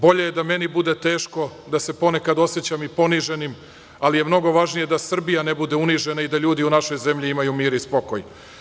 Bolje je da meni bude teško, da se ponekad oseća i poniženim, ali je mnogo važnije da Srbija ne bude unižena i da ljudi u našoj zemlji imaju mir i spokoj.